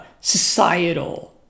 societal